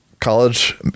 College